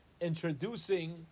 introducing